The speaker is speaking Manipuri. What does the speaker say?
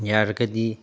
ꯌꯥꯔꯒꯗꯤ